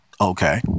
okay